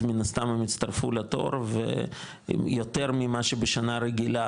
אז מן הסתם הם הצטרפו לתור והם יותר ממה שבשנה רגילה